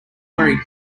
wearing